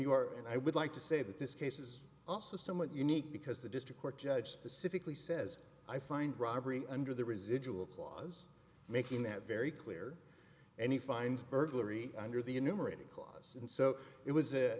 you are and i would like to say that this case is also somewhat unique because the district court judge specifically says i find robbery under the residual clause making that very clear any fines burglary under the you numerated clause and so it was